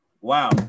wow